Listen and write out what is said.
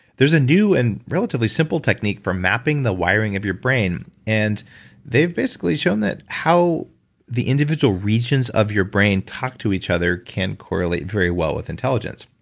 there's a new and relatively simple technique for mapping the wiring of your brain and they've basically shown how the individual regions of your brain talk to each other can correlate very well with intelligence.